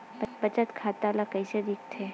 बचत खाता ला कइसे दिखथे?